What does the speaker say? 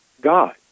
God